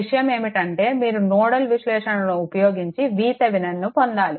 విషయం ఏమిటంటే మీరు నోడల్ విశ్లేషణను ఉపయోగించి VThevenin ను పొందాలి